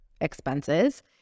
expenses